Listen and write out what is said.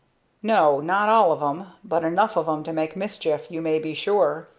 no, not all of em but enough of em to make mischief, you may be sure.